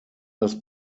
das